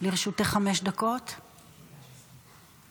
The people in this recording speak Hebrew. חמש דקות לרשותך.